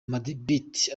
madebeat